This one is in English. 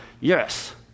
Yes